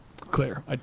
clear